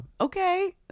okay